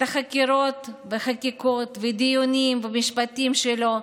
את החקירות, וחקיקות, ודיונים ומשפטים שלו,